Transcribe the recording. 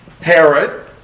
Herod